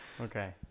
Okay